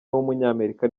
w’umunyamerika